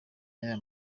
y’aya